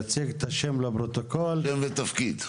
יציג את השם והתפקיד לפרוטוקול,